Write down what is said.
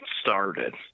started